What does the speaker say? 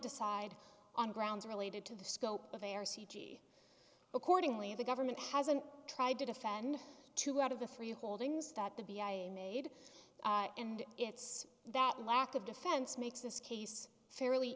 decide on grounds related to the scope of their c g accordingly the government hasn't tried to defend two out of the three holdings that the b i made and it's that lack of defense makes this case fairly